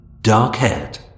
dark-haired